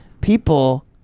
people